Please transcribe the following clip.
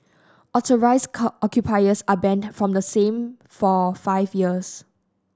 authorised occupiers are banned from the same for five years